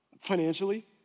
financially